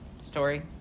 story